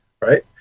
right